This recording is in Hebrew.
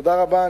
תודה רבה.